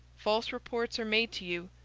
false reports are made to you.